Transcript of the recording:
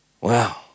Wow